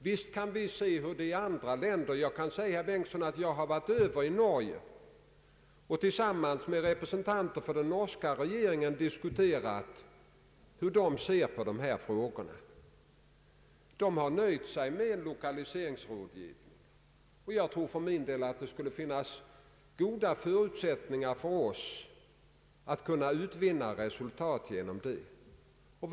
Visst kan vi undersöka hur det förhåller sig i andra länder, och jag kan upplysa herr Bengtson att jag varit över i Norge och tillsammans med representanter för norska regeringen diskuterat dessa frågor. Där har man nöjt sig med en lokaliseringsrådgivning. Jag tror för min del att det finns goda förutsättningar att uppnå resultat därigenom.